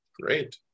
Great